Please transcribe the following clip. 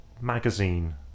Magazine